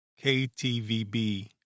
KTVB